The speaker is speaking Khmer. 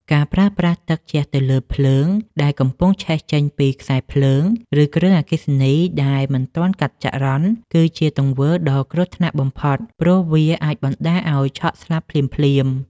ការប្រើប្រាស់ទឹកជះទៅលើភ្លើងដែលកំពុងឆេះចេញពីខ្សែភ្លើង ឬគ្រឿងអគ្គិសនីដែលមិនទាន់កាត់ចរន្ត គឺជាទង្វើដ៏គ្រោះថ្នាក់បំផុតព្រោះវាអាចបណ្ដាលឱ្យឆក់ស្លាប់ភ្លាមៗ។